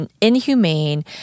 inhumane